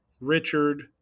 Richard